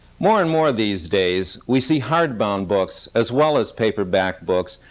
more and more these days, we see hard-bound books, as well as paperback books,